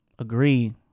agree